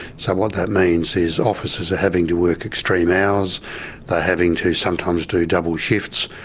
so what that means is officers are having to work extreme hours having to sometimes do double shifts,